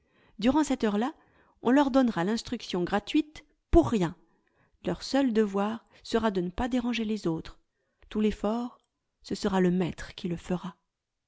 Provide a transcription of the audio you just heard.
durant cette heure-là on leur donnera l'instruction gratuite pour rien leur seul devoir sera de ne pas déranger les autres tout l'effort ce sera le maître qui le fera